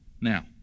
Now